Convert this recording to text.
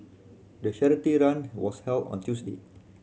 the charity run was held on Tuesday